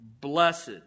Blessed